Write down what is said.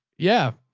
yeah,